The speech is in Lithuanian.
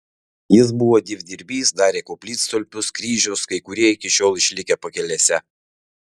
jis buvo dievdirbys darė koplytstulpius kryžius kai kurie iki šiol išlikę pakelėse